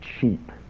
cheap